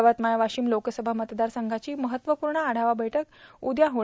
यवतमाळ वाशिम लोकसभा मतदार संघाची महत्वपूर्ण आढावा बैठक उद्या रविवार दि